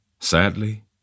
Sadly